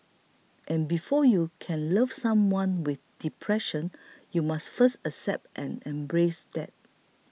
and before you can love someone with depression you must first accept and embrace that